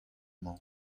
mañ